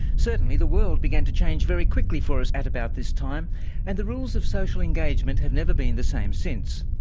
certainly the world began to change very quickly for us at about this time and the rules of social engagement have never been the same since.